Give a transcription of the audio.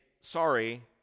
sorry